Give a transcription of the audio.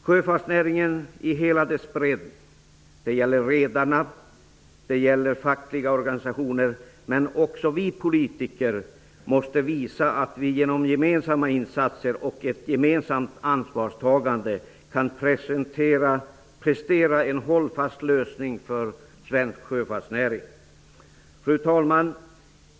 Sjöfartsnäringen i hela dessa bredd, dvs. redarna och fackliga organisationer, men också vi politiker, måste visa att vi med gemensamma insatser och ett gemensamt ansvartstagande kan prestera en hållfast lösning för svensk sjöfartsnäring. Fru talman!